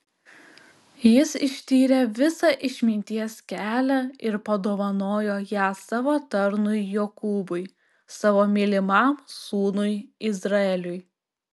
jis ištyrė visą išminties kelią ir padovanojo ją savo tarnui jokūbui savo mylimam sūnui izraeliui